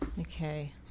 Okay